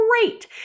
great